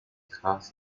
cast